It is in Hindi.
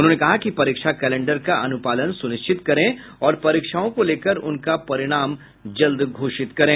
उन्होंने कहा कि परीक्षा कैलेंडर का अनुपालन सुनिश्चित करें और परीक्षाओं को लेकर उनका परिणाम जल्द घोषित करें